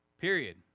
period